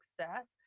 success